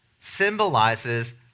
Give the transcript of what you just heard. symbolizes